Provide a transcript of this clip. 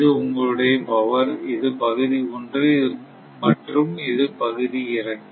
இது உங்களுடைய பவர் இது பகுதி 1 மற்றும் இது பகுதி 2